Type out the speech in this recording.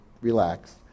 relax